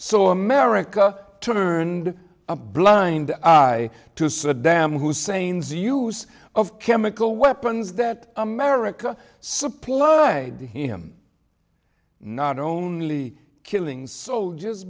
so america turned a blind eye to saddam hussein's use of chemical weapons that america supply to him not only killing so